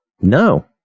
no